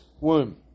womb